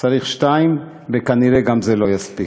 צריך שניים, וכנראה גם זה לא יספיק.